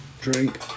Drink